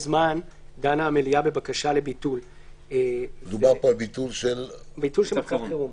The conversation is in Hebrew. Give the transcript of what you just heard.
זמן דנה המליאה בבקשה לביטול של צו החירום.